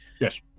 Yes